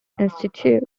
institute